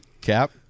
Cap